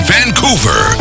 Vancouver